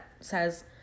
says